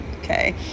okay